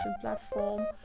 platform